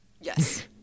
Yes